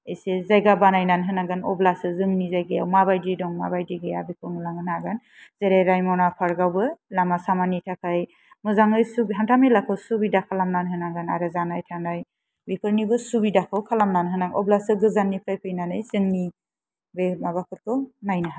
एसे जायगा बानायना होनांगोन अब्लासो जोंनि जायगाया माबायदि दं मा बायदि गैया बेखौ लांनो नांगोन जेरै रायमना पार्कावबो लामा सामानि थाखाय मोजाङै सुख हान्था मेलाखौ सुबिदा खालामना होनांगोन आरो जानाय थानाय बेफोरनिबो सुबिदाखौ खालामना होनांगौ अब्लासो गोजाननिफ्राय फैनानै जोंनि बे माबाफोरखौ नायनो हागोन